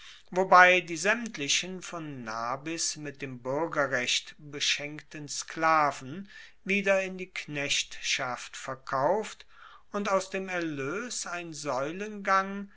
wobei die saemtlichen von nabis mit dem buergerrecht beschenkten sklaven wieder in die knechtschaft verkauft und aus dem erloes ein saeulengang